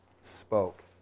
spoke